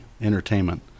entertainment